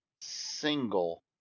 single